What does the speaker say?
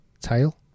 tail